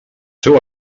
seu